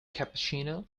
cappuccino